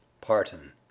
PARTON